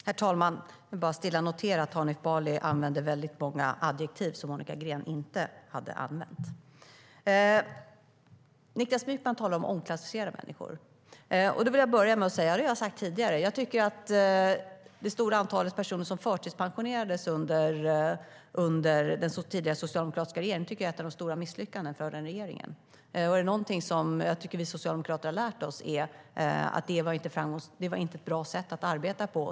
Herr talman! Jag vill bara stilla notera att Hanif Bali använde väldigt många adjektiv som Monica Green inte använde. Niklas Wykman talade om att omklassificera människor. Då vill jag börja med att säga - och det har jag sagt tidigare - att jag tycker att det stora antalet personer som förtidspensionerades under den tidigare socialdemokratiska regeringen var ett av de stora misslyckandena för den regeringen. Är det någonting som vi socialdemokrater har lärt oss är det att det inte var ett bra sätt att arbeta på.